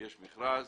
יש מכרז,